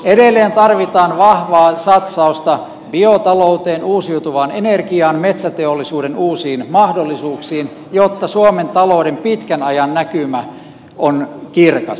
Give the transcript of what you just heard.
edelleen tarvitaan vahvaa satsausta biotalouteen uusiutuvaan energiaan metsäteollisuuden uusiin mahdollisuuksiin jotta suomen talouden pitkän ajan näkymä on kirkas